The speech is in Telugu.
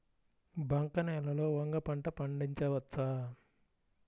బంక నేలలో వంగ పంట పండించవచ్చా?